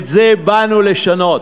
ואת זה באנו לשנות.